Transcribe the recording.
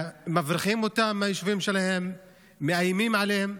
מבריחים אותם מהיישובים שלהם, מאיימים עליהם.